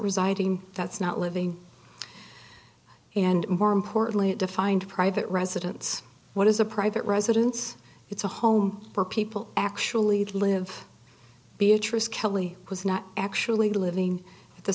residing that's not living and more importantly it defined a private residence what is a private residence it's a home for people actually did live beatrice kelly was not actually living